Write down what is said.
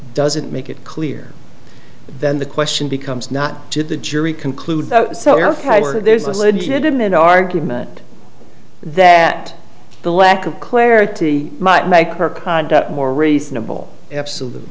doesn't make it clear that the question becomes not to the jury conclude that there's a legitimate argument that the lack of clarity might make her conduct more reasonable absolute